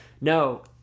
no